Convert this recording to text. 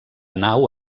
nau